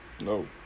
No